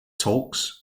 talks